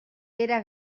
era